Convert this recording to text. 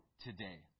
today